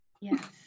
Yes